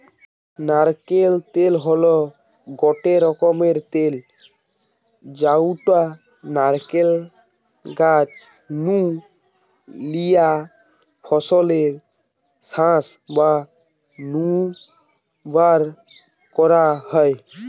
নারকেল তেল হল গটে রকমের তেল যউটা নারকেল গাছ নু লিয়া ফলের শাঁস নু বারকরা হয়